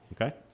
Okay